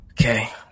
Okay